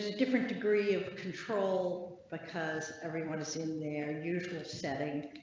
different degree of control because everyone to send their usual setting.